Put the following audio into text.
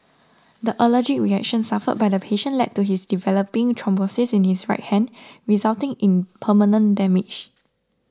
the allergic reaction suffered by the patient led to his developing thrombosis in his right hand resulting in permanent damage